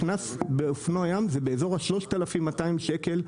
קנס באופנוע ים זה באזור ה-3,200 שקל,